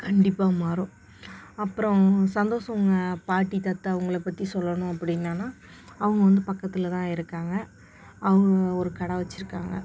கண்டிப்பாக மாறும் அப்றம் சந்தோஷ்ங்க பாட்டி தாத்தா அவங்கள பற்றி சொல்லணும் அப்படின்னன்னா அவங்க வந்து பக்கத்தில் தான் இருக்காங்க அவங்க ஒரு கடை வச்சுருக்காங்க